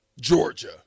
Georgia